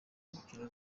umukino